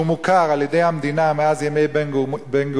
שהוא מוכר על-ידי המדינה מאז ימי בן-גוריון,